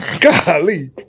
Golly